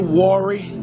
worry